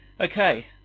Okay